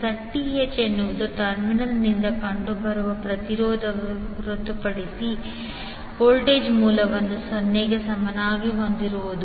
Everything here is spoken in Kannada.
ZTh ಎನ್ನುವುದು ಟರ್ಮಿನಲ್ನಿಂದ ಕಂಡುಬರುವ ಪ್ರತಿರೋಧವನ್ನು ಹೊರತುಪಡಿಸಿ ವೋಲ್ಟೇಜ್ ಮೂಲವನ್ನು 0 ಗೆ ಸಮನಾಗಿ ಹೊಂದಿಸುವುದು